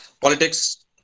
Politics